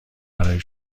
برای